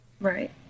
right